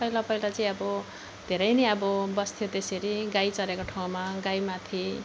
पहिला पहिला चाहिँ अब धेरै नै अब बस्थ्यो त्यसरी गाई चरेको ठाउँमा गाईमाथि